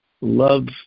love